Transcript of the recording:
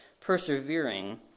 persevering